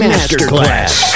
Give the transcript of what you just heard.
Masterclass